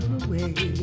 away